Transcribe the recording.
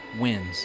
wins